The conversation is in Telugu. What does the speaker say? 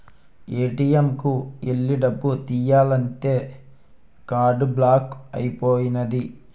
ఏ.టి.ఎం కు ఎల్లి డబ్బు తియ్యాలంతే కార్డు బ్లాక్ అయిపోనాది